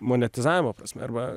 monetizavimo prasme arba